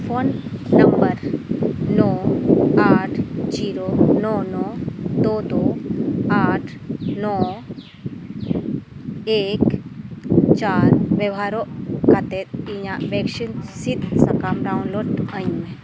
phone number ᱱᱚ ᱟᱴ zero ᱱᱚ ᱱᱚ ᱫᱳ ᱫᱳ ᱟᱴ ᱱᱚ ᱮᱠ ᱪᱟᱨ ᱵᱮᱵᱚᱦᱟᱨ ᱠᱟᱛᱮᱫ ᱤᱧᱟᱹᱜ ᱵᱷᱮᱠᱥᱤᱱ ᱥᱤᱫᱥᱟᱠᱟᱢ ᱰᱟᱣᱩᱱᱞᱳᱰ ᱟᱹᱧᱢᱮ